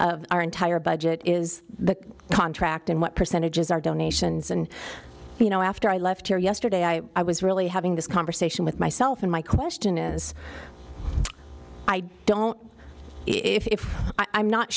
of our entire budget is the contract and what percentage is our donations and you know after i left here yesterday i was really having this conversation with myself and my question is i don't know if i'm not